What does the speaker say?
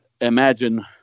imagine